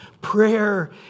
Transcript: Prayer